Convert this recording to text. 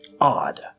odd